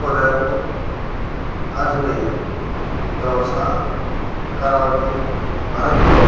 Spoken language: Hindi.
उदयपुर अजमेर दौसा करौली भरतपुर